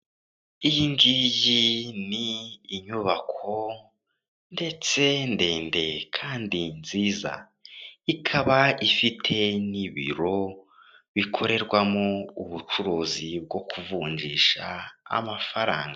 Iyi ngiyi ni inyubako ndetse ndende kandi nziza, ikaba ifite n'ibiro bikorerwamo ubucuruzi bwo kuvungisha amafaranga.